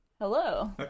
Hello